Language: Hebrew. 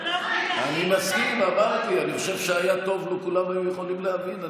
זה נשמע לך הגיוני שהיא מדברת ואנחנו לא יכולים להבין?